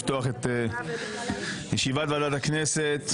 ישיבת ועדת הכנסת.